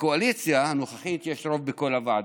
לקואליציה הנוכחית יש רוב בכל הוועדות,